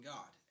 God